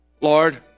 Lord